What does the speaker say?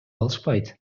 алышпайт